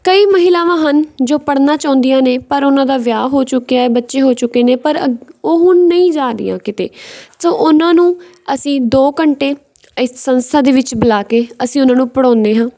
ਕਈ ਮਹਿਲਾਵਾਂ ਹਨ ਜੋ ਪੜ੍ਹਨਾ ਚਾਹੁੰਦੀਆਂ ਨੇ ਪਰ ਉਹਨਾਂ ਦਾ ਵਿਆਹ ਹੋ ਚੁੱਕਿਆ ਬੱਚੇ ਹੋ ਚੁੱਕੇ ਨੇ ਪਰ ਅੱਗੇ ਉਹ ਹੁਣ ਨਹੀਂ ਜਾ ਰਹੀਆਂ ਕਿਤੇ ਸੋ ਉਹਨਾਂ ਨੂੰ ਅਸੀਂ ਦੋ ਘੰਟੇ ਇਸ ਸੰਸਥਾ ਦੇ ਵਿੱਚ ਬੁਲਾ ਕੇ ਅਸੀਂ ਉਹਨਾਂ ਨੂੰ ਪੜ੍ਹਾਉਂਦੇ ਹਾਂ